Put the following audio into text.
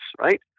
right